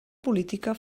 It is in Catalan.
política